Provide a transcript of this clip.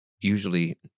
usually